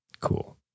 Cool